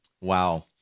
Wow